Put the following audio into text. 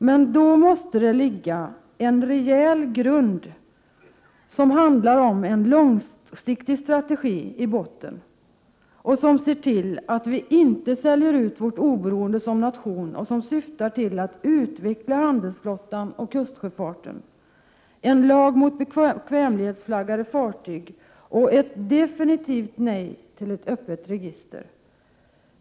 Men då måste det som grund finnas en långsiktig strategi, som ser till att vi inte säljer ut vårt oberoende som nation och som syftar till att utveckla handelsflottan och kustsjöfarten, en lag mot bekvämlighetsflaggade fartyg och ett definitivt nej till ett öppet register.